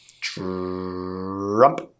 Trump